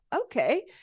okay